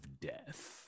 death